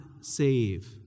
save